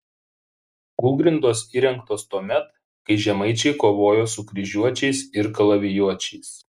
kūlgrindos įrengtos tuomet kai žemaičiai kovojo su kryžiuočiais ir kalavijuočiais